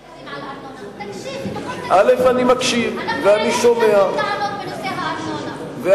תקשיב, גם אנחנו העלינו טענות בנושא הארנונה, א.